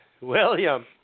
William